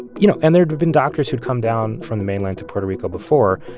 you know, and there'd been doctors who'd come down from the mainland to puerto rico before,